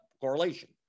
correlation